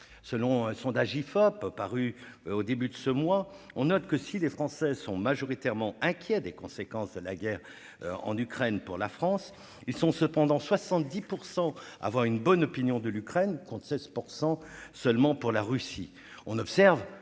d'opinion publique (Ifop) paru au début du mois, on note que si les Français sont majoritairement inquiets des conséquences de la guerre en Ukraine pour la France, ils sont cependant 70 % à avoir une bonne opinion de l'Ukraine, contre 16 % seulement pour la Russie.